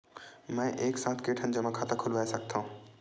मैं एक साथ के ठन जमा खाता खुलवाय सकथव?